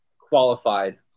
qualified